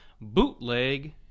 bootleg